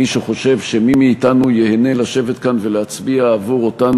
מי שחושב שמי מאתנו ייהנה לשבת כאן ולהצביע עבור אותן